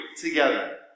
together